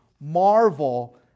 Marvel